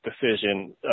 decision